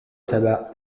tabac